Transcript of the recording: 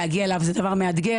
להגיע אליו זה דבר מאתגר,